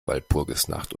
walpurgisnacht